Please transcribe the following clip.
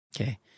Okay